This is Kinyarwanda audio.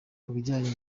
kubijyanye